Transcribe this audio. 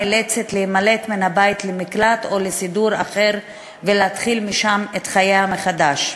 נאלצת להימלט מן הבית למקלט או לסידור אחר ולהתחיל משם את חייה מחדש.